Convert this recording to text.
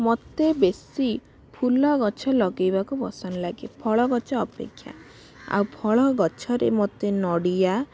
ମୋତେ ବେଶୀ ଫୁଲ ଗଛ ଲଗାଇବାକୁ ପସନ୍ଦ ଲାଗେ ଫଳ ଗଛ ଅପେକ୍ଷା ଆଉ ଫଳ ଗଛ ରେ ମୋତେ ନଡ଼ିଆ